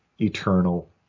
eternal